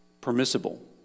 permissible